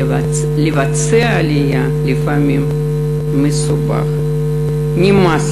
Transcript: // לבצע עלייה לפעמים מסובך / נמאס